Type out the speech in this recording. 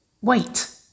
Wait